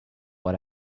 what